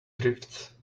drifts